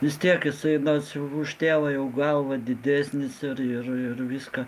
vis tiek jisai na už tėvą jau galva didesnis ir ir viską